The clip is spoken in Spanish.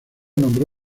nombró